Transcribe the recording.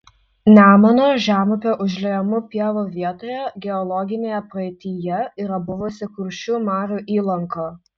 nemuno žemupio užliejamų pievų vietoje geologinėje praeityje yra buvusi kuršių marių įlanka